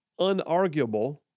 unarguable